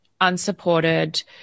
Unsupported